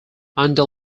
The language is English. under